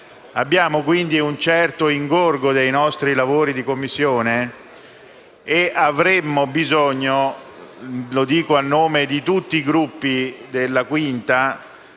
Abbiamo quindi un certo ingorgo nei nostri lavori di Commissione e avremmo bisogno, lo dico a nome di tutti i Gruppi della 5a,